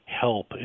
help